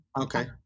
Okay